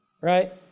right